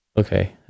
Okay